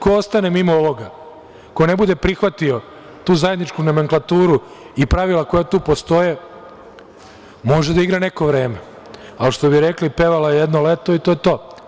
Ko ostane mimo ovoga, ko ne bude prihvatio tu zajedničku nomenklaturu i pravila koja tu postoje, može da igra neko vreme, ali što bi rekli – pevala je jedno leto i to je to.